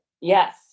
yes